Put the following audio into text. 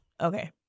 Okay